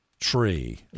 tree